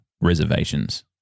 reservations